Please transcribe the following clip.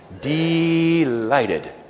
delighted